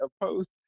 opposed